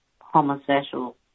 homosexual